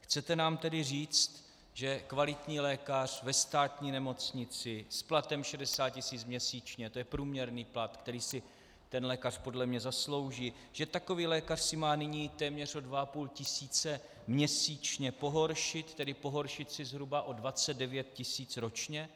Chcete nám tedy říct, že kvalitní lékař ve státní nemocnici s platem 60 tisíc měsíčně to je průměrný plat, který si ten lékař podle mě zaslouží že takový lékař si má nyní téměř o 2,5 tisíce měsíčně pohoršit, tedy pohoršit si zhruba o 29 tisíc ročně?